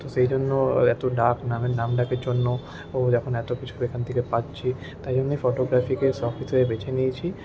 তো সেইজন্য এতো ডাক নাম নাম ডাকের জন্য ও যখন এতো কিছু এখান থেকে পাচ্ছি তাই এমনি ফটোগ্রাফিকে সখ হিসাবে বেছে নিয়েছি